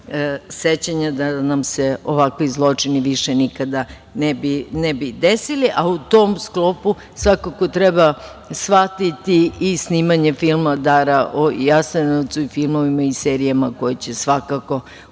sećanja, da nam se ovakvi zločini više nikada ne bi desili. U tom sklopu svakako treba shvatiti i snimanje filma „Dara iz Jasenovca“ i filmove i serije koje će svakako